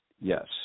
Yes